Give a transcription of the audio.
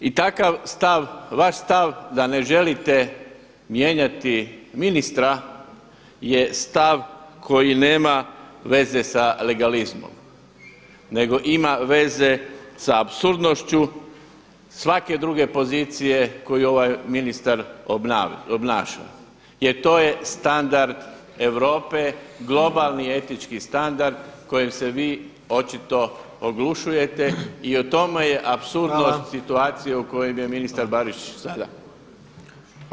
I takav stav, vaš stav da ne želite mijenjati ministra je stav koji nema veze sa legalizmom, nego ima veze sa apsurdnošću svake druge pozicije koju ovaj ministar obnaša jer to je standard Europe, globalni etički standard kojem se vi očito oglušujete i u tome je apsurdnost situacije u kojoj ministar Barišić sada.